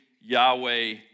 Yahweh